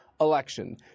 election